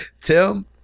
Tim